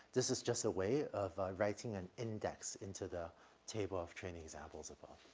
this is just a way of, ah, writing an index into the table of training examples above.